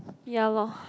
ya lor